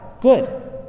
Good